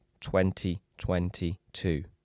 2022